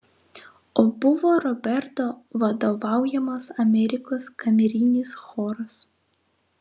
o buvo roberto vadovaujamas amerikos kamerinis choras